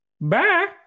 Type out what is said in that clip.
bye